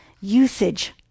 usage